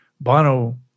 Bono